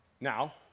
now